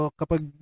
kapag